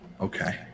Okay